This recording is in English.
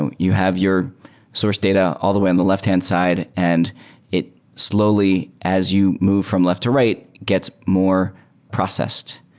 and you have your source data all the way in the left-hand side and slowly as you move from left to right gets more processed.